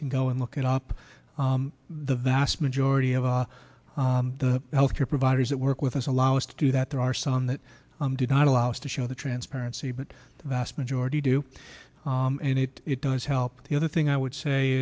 can go and look it up the vast majority of the health care providers that work with us allow us to do that there are some that do not allow us to show the transparency but vast majority do and it does help the other thing i would say